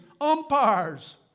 umpires